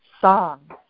song